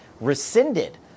rescinded